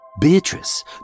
Beatrice